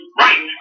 right